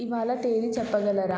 ఇవాళ తేదీ చెప్పగలరా